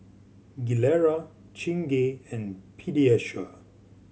Gilera Chingay and Pediasure